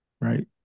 right